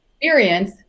experience